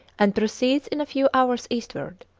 and proceeds in a few hours eastward.